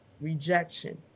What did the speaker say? rejection